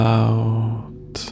out